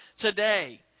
Today